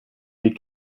wie